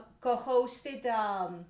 co-hosted